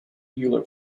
euler